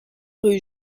rue